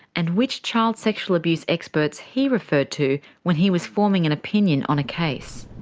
and which child sexual abuse experts he referred to when he was forming an opinion on a case.